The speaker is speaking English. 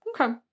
okay